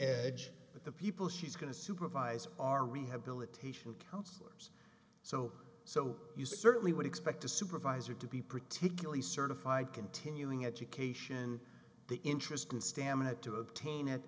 edge but the people she's going to supervise are rehabilitation counselors so so you certainly would expect a supervisor to be particularly certified continuing education the interest in stamina to obtain at that